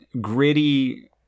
gritty